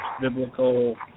biblical